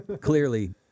clearly